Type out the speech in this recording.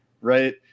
right